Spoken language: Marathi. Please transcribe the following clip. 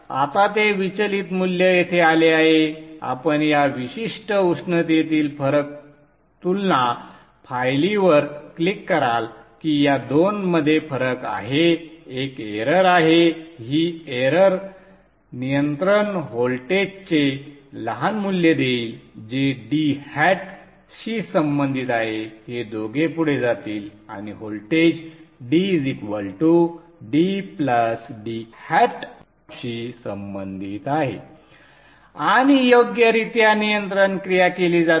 आता ते विचलित मूल्य येथे आले आहे आपण या विशिष्ट उष्णतेतील फरक तुलना फायलींवर क्लिक कराल की या दोन मध्ये फरक आहे एक एरर आहे ही एरर नियंत्रण व्होल्टेजचे लहान मूल्य देईल जे d hat शी संबंधित आहे हे दोघे पुढे जातील आणि व्होल्टेज d d d शी संबंधित आहे आणि योग्यरित्या नियंत्रण क्रिया केली जाते